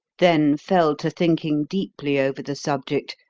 then fell to thinking deeply over the subject,